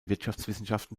wirtschaftswissenschaften